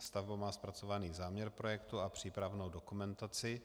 Stavba má zpracovaný záměr projektu a přípravnou dokumentaci.